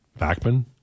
Backman